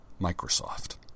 Microsoft